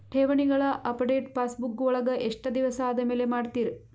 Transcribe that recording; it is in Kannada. ಠೇವಣಿಗಳ ಅಪಡೆಟ ಪಾಸ್ಬುಕ್ ವಳಗ ಎಷ್ಟ ದಿವಸ ಆದಮೇಲೆ ಮಾಡ್ತಿರ್?